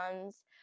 ones